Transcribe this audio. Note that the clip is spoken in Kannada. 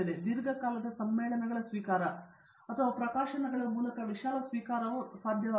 ದೀರ್ಘಕಾಲದ ಸಮ್ಮೇಳನಗಳ ಸ್ವೀಕಾರ ಅಥವಾ ಪ್ರಕಾಶನಗಳ ಮೂಲಕ ವಿಶಾಲ ಸ್ವೀಕಾರವು ಸಾಧ್ಯವಾಗಬಹುದು